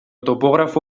topografo